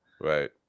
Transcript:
Right